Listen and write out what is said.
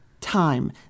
Time